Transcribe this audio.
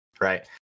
right